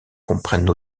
comprennent